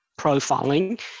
profiling